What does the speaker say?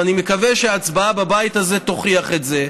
ואני מקווה שההצבעה בבית הזה תוכיח את זה,